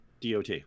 DOT